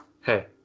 hey